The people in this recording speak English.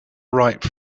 write